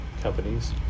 companies